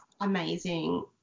amazing